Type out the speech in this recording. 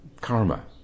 karma